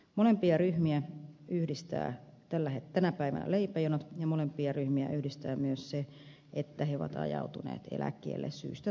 molempia ryhmiä yhdistää tänä päivänä leipäjonot ja molempia ryhmiä yhdistää myös se että he ovat ajautuneet eläkkeelle syystä tai toisesta